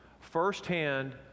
firsthand